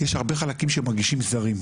יש הרבה חלקים שמרגישים זרים,